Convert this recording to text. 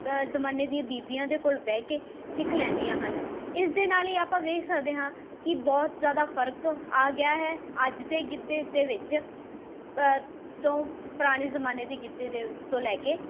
ਜਮਾਨੇ ਦੀਆਂ ਬੀਬੀਆਂ ਦੇ ਕੋਲ ਬਹਿ ਕੇ ਸਿੱਖ ਲੈਂਦੀਆਂ ਹਨ ਇਸ ਦੇ ਨਾਲ ਹੀ ਆਪਾਂ ਵੇਖ ਸਕਦੇ ਹਾਂ ਕਿ ਬਹੁਤ ਜ਼ਿਆਦਾ ਫਰਕ ਆ ਗਿਆ ਹੈ ਅੱਜ ਦੇ ਗਿੱਧੇ ਦੇ ਵਿੱਚ ਅ ਤੋਂ ਪੁਰਾਣੇ ਜਮਾਨੇ ਦੀ ਗਿੱਧੇ ਦੇ ਤੋਂ ਲੈ ਕੇ